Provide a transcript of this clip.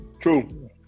True